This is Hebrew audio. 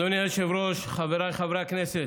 אדוני היושב-ראש, חבריי חברי הכנסת,